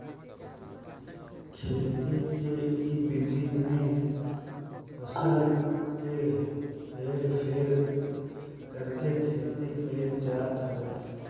खेती के इ विधि में फसल के हेर फेर करके खेती कईल जात हवे